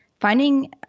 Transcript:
finding